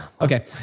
Okay